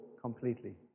completely